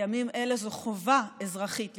בימים אלה זו חובה אזרחית להתקומם,